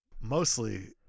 Mostly